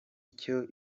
icyo